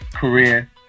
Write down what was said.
career